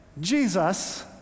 Jesus